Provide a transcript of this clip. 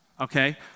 okay